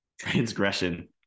transgression